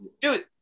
dude